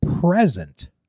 present